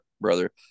brother